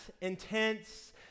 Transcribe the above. intense